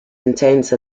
intense